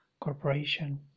corporation